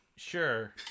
Sure